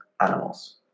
animals